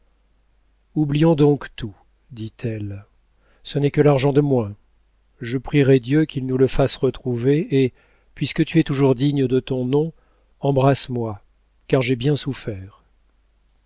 oublions donc tout dit-elle ce n'est que l'argent de moins je prierai dieu qu'il nous le fasse retrouver et puisque tu es toujours digne de ton nom embrasse-moi car j'ai bien souffert